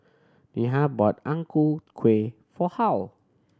Neha bought Ang Ku Kueh for Harl